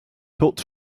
tuts